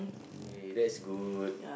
eh that's good